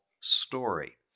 story